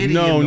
no